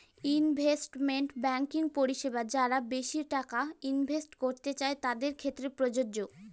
investment banking পরিষেবা যারা বেশি টাকা ইনভেস্ট করতে চাই তাদের ক্ষেত্রে প্রযোজ্য